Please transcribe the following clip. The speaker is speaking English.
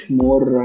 more